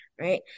right